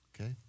okay